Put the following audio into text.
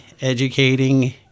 educating